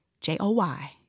J-O-Y